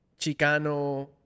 chicano